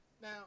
Now